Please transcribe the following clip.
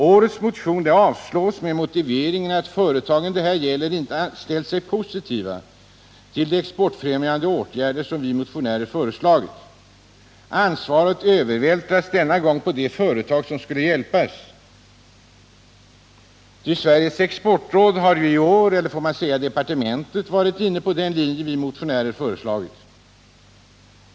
Årets motion avstyrks med motiveringen att de företag som det här gäller inte har ställt sig positiva till de exportfrämjande åtgärder som vi motionärer har föreslagit. Ansvaret övervältras denna gång på de företag som skulle hjälpas, ty Sveriges exportråd — eller får man säga departementet — har i år varit inne på den linje som vi motionärer föreslagit.